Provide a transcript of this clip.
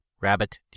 rabbit